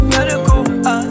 Medical